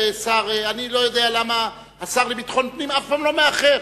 אני לא יודע למה השר לביטחון פנים אף פעם לא מאחר.